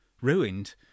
ruined